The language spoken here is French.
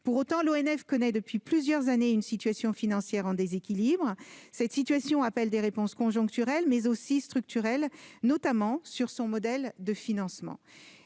Pour autant, l'ONF connaît depuis plusieurs années une situation financière déséquilibrée, ce qui appelle des réponses conjoncturelles, mais aussi structurelles, notamment sur son modèle de financement.